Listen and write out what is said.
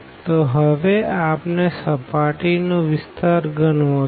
તો હવે આપણે સર્ફેસ નો વિસ્તાર ગણવો છે